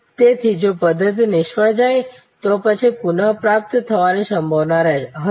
તેથી જો પદ્ધત્તિ નિષ્ફળ જાય તો પછી પુનઃપ્રાપ્ત થવાની સંભાવના હશે